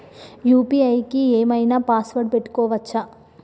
UPI కి ఏం ఐనా పాస్వర్డ్ పెట్టుకోవచ్చా?